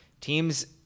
teams